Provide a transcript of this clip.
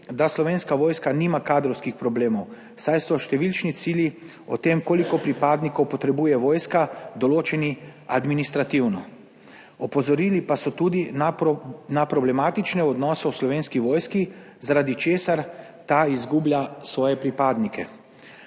da Slovenska vojska nima kadrovskih problemov, saj so številčni cilji o tem, koliko pripadnikov potrebuje vojska, določeni administrativno. Opozorili pa so tudi na problematične odnose v Slovenski vojski, zaradi česar ta izgublja svoje pripadnike.